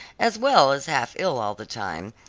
as well as half-ill all the time,